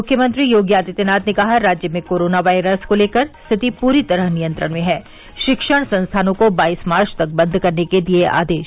मुख्यमंत्री योगी आदित्यनाथ ने कहा राज्य में कोरोना वायरस को लेकर स्थिति पूरी तरह नियंत्रण में हैं शिक्षण संस्थानों को बाईस मार्च तक बंद करने के दिये आदेश